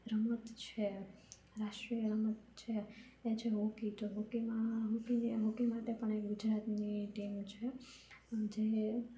રમત છે રાષ્ટીય રમત છે એ છે હોકી તો હોકીમાં હોકીએ હોકી માટે પણ એ ગુજરાતની ટીમ છે જે